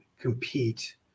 compete